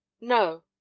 No